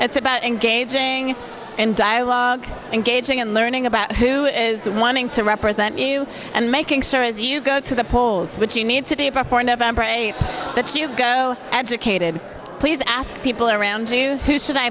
it's about engaging in dialogue engaging and learning about who is running to represent you and making sure as you go to the polls which you need today before november a that you go educated please ask people around you who should i